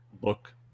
book